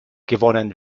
gewonnen